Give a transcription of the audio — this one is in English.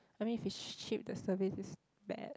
I mean if it's cheap the service is bad